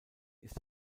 ist